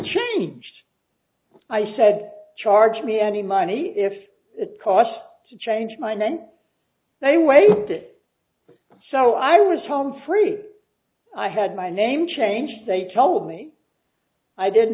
changed i said charge me any money if it cost to change my name and they waived it so i was home free i had my name change they told me i didn't